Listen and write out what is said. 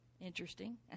interesting